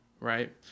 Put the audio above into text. right